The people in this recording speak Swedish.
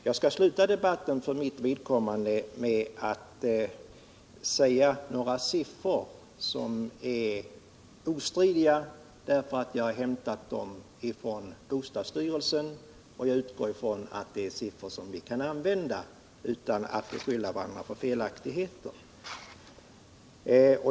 Jag skall sluta debatten för mitt vidkommande med att nämna några siffror som är obestridliga — jag har hämtat dem från bostadsstyrelsen, och jag utgår från att det är siffror vi kan använda utan att beskylla varandra för felaktigheter.